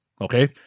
Okay